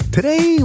Today